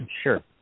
sure